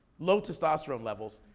low testosterone levels,